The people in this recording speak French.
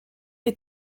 les